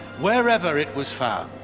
wherever it was found.